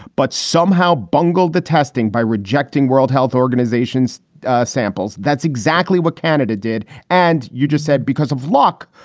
but somehow bungled the testing by rejecting world health organization's samples, that's exactly what canada did. and you just said because of luck,